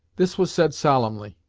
this was said solemnly,